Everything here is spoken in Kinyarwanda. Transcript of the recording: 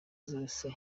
zose